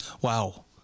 wow